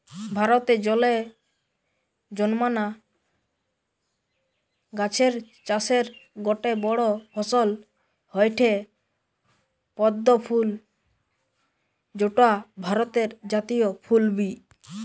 ভারতে জলে জন্মানা গাছের চাষের গটে বড় ফসল হয়ঠে পদ্ম ফুল যৌটা ভারতের জাতীয় ফুল বি